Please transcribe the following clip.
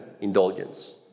indulgence